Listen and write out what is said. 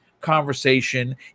conversation